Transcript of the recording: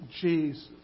Jesus